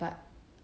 but